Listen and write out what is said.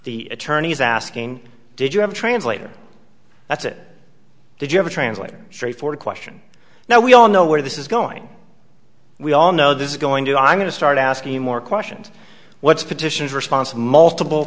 the attorneys asking did you have a translator that's it did you have a translator straightforward question now we all know where this is going we all know this is going to i'm going to start asking more questions what's petitions response multiple